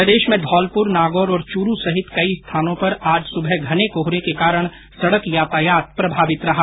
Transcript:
प्रदेश में धौलपुर नागौर और चूरू सहित कई स्थानों पर आज सुबह घने कोहरे के कारण सड़क यातायात प्रभावित रहा